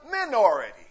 minority